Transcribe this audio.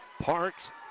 Parks